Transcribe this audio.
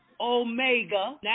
Omega